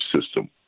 system